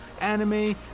anime